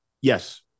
Yes